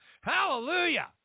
Hallelujah